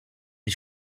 ich